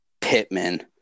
Pittman